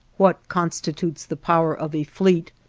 what constitutes the power of a fleet,